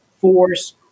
force